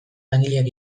langileak